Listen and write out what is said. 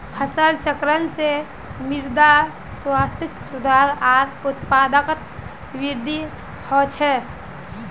फसल चक्रण से मृदा स्वास्थ्यत सुधार आर उत्पादकतात वृद्धि ह छे